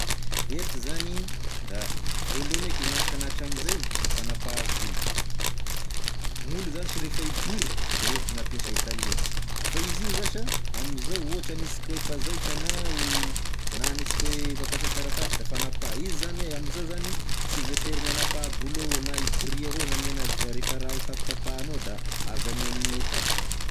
Hety zany da, voalohany eky gn'asany hatramizay da fanapaha volo, gn'olo zasy refa hibory da hety gn'ampiasay taloha, fa izy io zasa amizao ohatry aniasika oe mpanzaitra na aniasika oe mpampiasa taratasy da fanapaha izy zany oe amizao zany sy voatery gn'anapahabolo avao na iboria avao gn'ania anazy fa refa raha ho tapatapahanao da azo ania amign'hety aby.